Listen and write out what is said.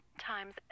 times